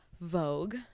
Vogue